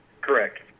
Correct